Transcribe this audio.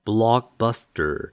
Blockbuster